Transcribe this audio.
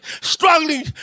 struggling